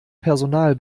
personal